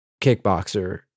Kickboxer